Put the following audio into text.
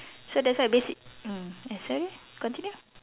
so that's why basic mm sorry continue